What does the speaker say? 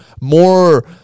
more